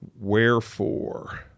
wherefore